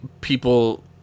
people